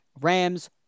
Rams